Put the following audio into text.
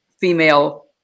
female